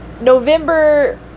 November